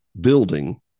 building